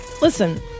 listen